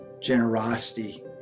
generosity